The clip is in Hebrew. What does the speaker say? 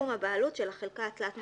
איפה שלא יהיה כתוב,